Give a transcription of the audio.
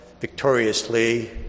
victoriously